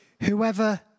whoever